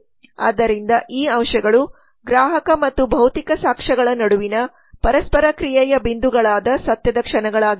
ಆದ್ದರಿಂದ ಈ ಅಂಶಗಳು ಗ್ರಾಹಕ ಮತ್ತು ಭೌತಿಕ ಸಾಕ್ಷ್ಯಗಳ ನಡುವಿನ ಪರಸ್ಪರ ಕ್ರಿಯೆಯ ಬಿಂದುಗಳಾದ ಸತ್ಯದ ಕ್ಷಣಗಳಾಗಿವೆ